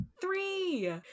three